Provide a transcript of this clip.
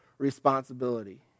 Responsibility